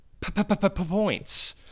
points